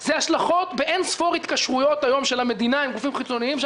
זה השלכות באינספור התקשרויות היום של המדינה עם גופים חיצוניים,